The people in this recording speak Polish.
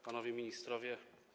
Panowie Ministrowie!